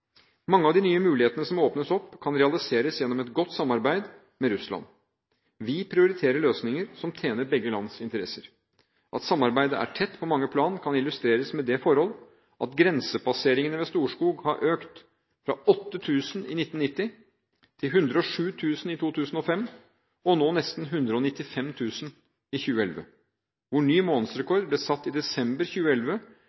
Mange av de nye mulighetene som åpnes opp, kan realiseres gjennom et godt samarbeid med Russland. Vi prioriterer løsninger som tjener begge lands interesser. At samarbeidet er tett på mange plan, kan illustreres med det forhold at grensepasseringene ved Storskog har økt fra 8 000 i 1990 til 107 000 i 2005, og var nesten 195 000 i 2011, hvor ny